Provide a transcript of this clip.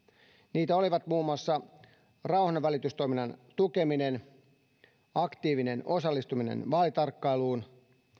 niitä olivat muun muassa rauhanvälitystoiminnan tukeminen aktiivinen osallistuminen vaalitarkkailuun